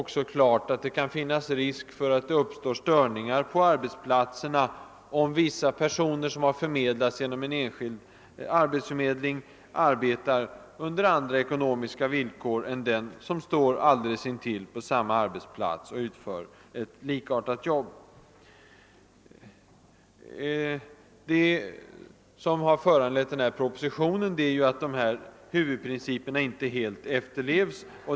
Vidare kan det finnas risk att det uppstår störningar på arbetsplatserna, om vissa personer som har förmedlats genom en enskild arbetsförmedling, arbetar under andra ekonomiska villkor än de som står alldeles intill på samma arbetsplats och utför ett likartat jobb. Det som föranlett denna proposition är att dessa huvudprinciper inte helt efterlevs.